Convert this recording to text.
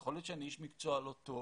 יכול להיות שאני איש מקצוע לא טוב,